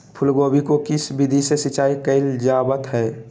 फूलगोभी को किस विधि से सिंचाई कईल जावत हैं?